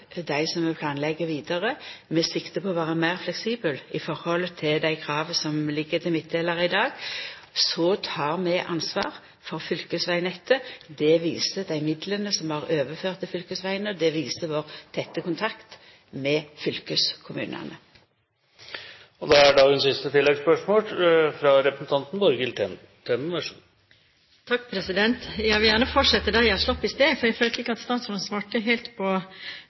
dei som må planleggja vidare med sikte på å vera meir fleksibel i høve til dei krava som ligg til midtdelarar i dag. Så tar vi ansvar for fylkesvegnettet. Det viser dei midlane som er overførte til fylkesvegane, og det viser vår tette kontakt med fylkeskommunane. Borghild Tenden – til siste oppfølgingsspørsmål. Jeg vil gjerne fortsette der jeg slapp i sted, for jeg følte ikke at statsråden svarte helt på